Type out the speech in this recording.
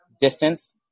distance